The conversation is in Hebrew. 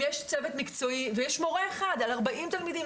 יש צוות מקצועי ויש מורה אחד על 40 תלמידים